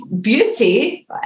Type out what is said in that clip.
beauty